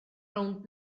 rownd